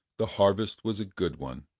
the harvest was a good one,